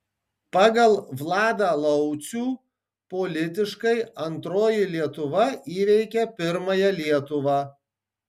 pagal vladą laucių politiškai antroji lietuva įveikia pirmąją lietuvą